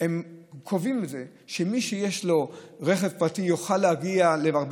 הם קובעים שמי שיש לו רכב פרטי יוכל להגיע להרבה